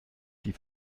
die